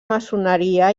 maçoneria